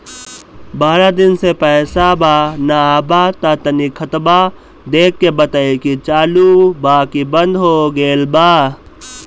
बारा दिन से पैसा बा न आबा ता तनी ख्ताबा देख के बताई की चालु बा की बंद हों गेल बा?